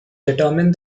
determine